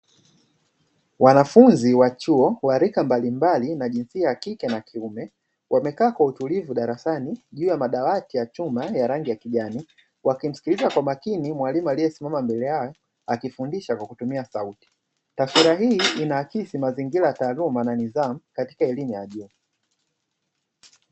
Wanafunzi wa chuo wa rika mbalimbali na jinsia ya kike na kiume wamekaa kwa utulivu darasani juu ya madawati ya chuma ya rangi ya kijani wakimsikiliza kwa makini mwalimu aliye simama mbele yao akifundisha kwa kutumia sauti. Taswira hii inaakisi mazingira ya taaluma na nidhamu katika elimu ya juu.